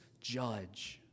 judge